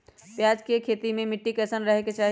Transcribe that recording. प्याज के खेती मे मिट्टी कैसन रहे के चाही?